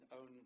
own